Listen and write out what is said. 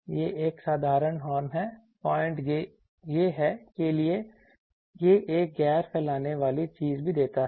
यह एक साधारण हॉर्न है पॉइंट यह है के लिए यह एक गैर फैलाने वाली चीज भी देता है